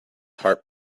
heart